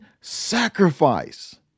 sacrifice